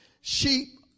sheep